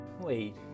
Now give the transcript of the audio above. Wait